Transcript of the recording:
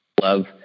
love